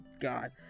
God